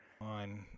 on